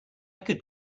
could